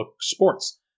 Sports